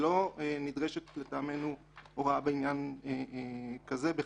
ולא נדרשת לטעמנו הוראה בעניין כזה בחקיקה.